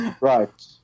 Right